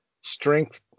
strength